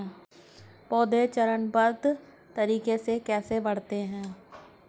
पौधे चरणबद्ध तरीके से कैसे बढ़ते हैं?